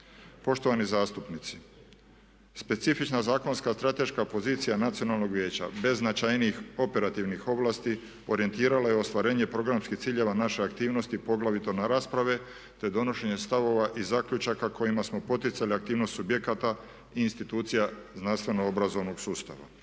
Poštovani zastupnici, specifična zakonska strateška pozicija Nacionalnog vijeća bez značajnijih operativnih ovlasti orijentiralo je ostvarenje programskih ciljeva naše aktivnosti poglavito na rasprave te donošenje stavova i zaključaka kojima smo poticali aktivnost subjekata i institucija znanstveno obrazovnog sustava.